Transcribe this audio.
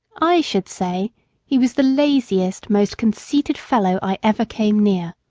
i should say he was the laziest, most conceited fellow i ever came near.